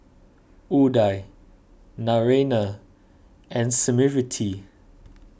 Udai Naraina and Smriti